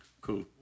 cool